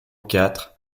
quatre